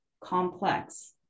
complex